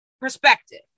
perspective